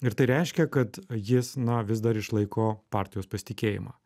ir tai reiškia kad jis na vis dar išlaiko partijos pasitikėjimą